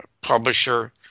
publisher